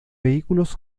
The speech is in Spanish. vehículos